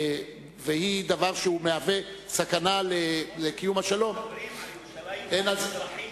והיא דבר שמהווה סכנה לקיום השלום אנחנו מדברים על ירושלים המזרחית.